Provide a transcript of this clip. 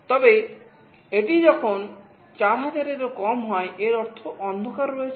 তবে এটি যখন 4000 এরও কম হয় এর অর্থ অন্ধকার রয়েছে